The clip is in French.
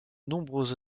nombreux